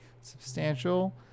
substantial